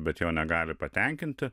bet jo negali patenkinti